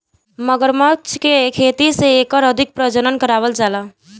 मगरमच्छ के खेती से एकर अधिक प्रजनन करावल जाला